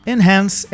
Enhance